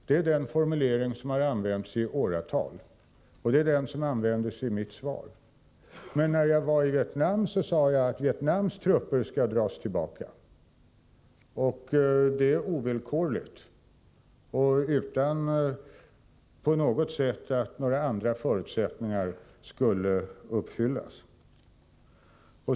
Det är den formulering som använts i åratal, och den användes i mitt svar. Men när jag var i Vietnam sade jag att Vietnams trupper skall dras tillbaka, ovillkorligt, utan att några andra förutsättningar skulle uppfyllas.